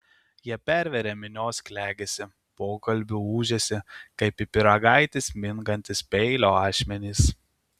jie perveria minios klegesį pokalbių ūžesį kaip į pyragaitį smingantys peilio ašmenys